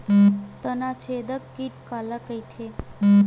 तनाछेदक कीट काला कइथे?